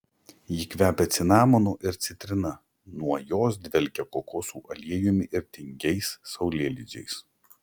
ji kvepia cinamonu ir citrina nuo jos dvelkia kokosų aliejumi ir tingiais saulėlydžiais